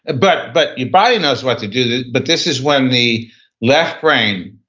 ah but but your body knows what to do, but this is when the left brain,